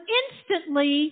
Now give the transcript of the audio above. instantly